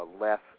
less